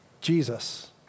Jesus